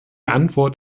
antwort